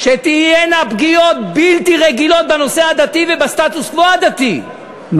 שתהיינה פגיעות בלתי רגילות בנושא הדתי ובסטטוס-קוו הדתי,